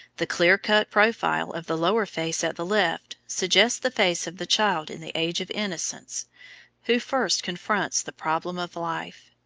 the clear-cut profile of the lower face at the left suggests the face of the child in the age of innocence who first confronts the problem of life.